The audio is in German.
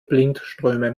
blindströme